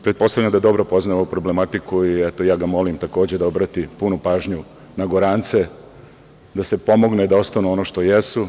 Pretpostavljam da dobro poznaje ovu problematiku i, eto, ja ga molim takođe da obrati punu pažnju na Gorance, da se pomogne da ostanu ono što jesu.